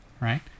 right